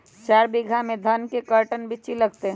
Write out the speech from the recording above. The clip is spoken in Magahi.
चार बीघा में धन के कर्टन बिच्ची लगतै?